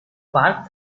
park